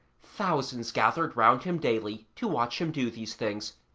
thousands gathered round him daily to watch him do these things,